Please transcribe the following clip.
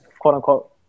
quote-unquote